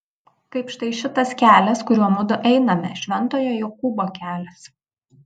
kaip štai šitas kelias kuriuo mudu einame šventojo jokūbo kelias